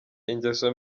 ingeso